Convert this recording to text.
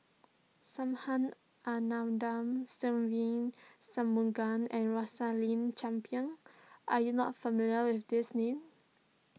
Subhas Anandan Se Ve Shanmugam and Rosaline Chan Pang are you not familiar with these names